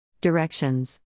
Directions